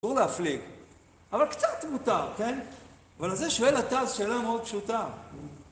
תור להפליג אבל קצת מותר, כן? אבל לזה שואל עתה זה שאלה מאוד פשוטה